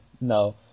No